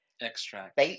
extract